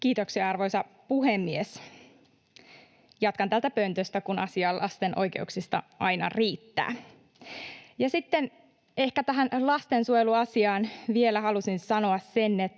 Kiitoksia, arvoisa puhemies! Jatkan täältä pöntöstä, kun asiaa lasten oikeuksista aina riittää. Sitten ehkä tähän lastensuojeluasiaan vielä haluaisin sanoa sen, että